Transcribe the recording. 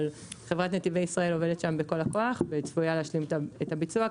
אבל חברת נתיבי ישראל עובדת שם בכל הכוח וצפויה להשלים את הביצוע.